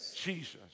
Jesus